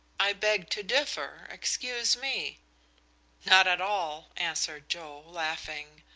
i beg to differ. excuse me not at all, answered joe, laughing.